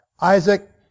Isaac